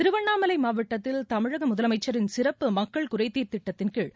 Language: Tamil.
திருவண்ணாமலை மாவட்டத்தில் தமிழக முதலமைச்சரின் சிறப்பு மக்கள் குறைதீர் திட்டத்தின்கீழ்